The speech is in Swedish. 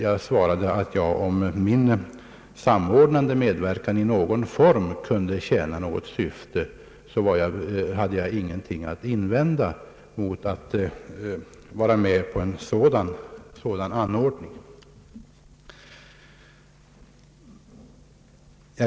Jag sade att om min samordnande medverkan i någon form kunde tjäna något syfte, så hade jag ingenting att invända mot att vara med på en sådan anordning.